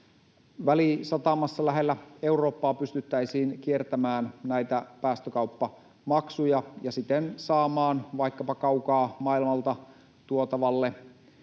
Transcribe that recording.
välisatamassa lähellä Eurooppaa pystyttäisiin kiertämään näitä päästökauppamaksuja ja siten saamaan vaikkapa kaukaa maailmalta tuotavalle